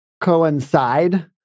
coincide